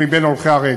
מהולכי הרגל.